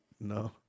No